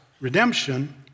redemption